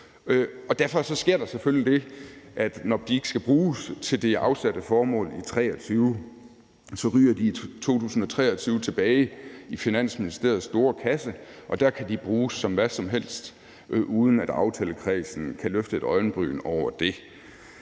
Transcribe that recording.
derfor sker der selvfølgelig det, at når de ikke skal bruges til det afsatte formål i 2023, ryger de i 2023 tilbage i Finansministeriets store kasse, og der kan de bruges til hvad som helst, uden at aftalekredsen kan løfte et øjenbryn over det.